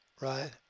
right